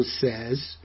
says